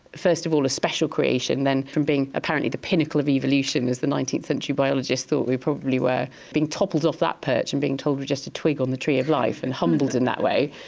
first of all, a special creation then from being apparently the pinnacle of evolution as the nineteenth century biologists thought we probably were, being toppled off that perch and being told we were just a twig on the tree of life and humbled in that way.